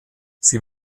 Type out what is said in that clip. sie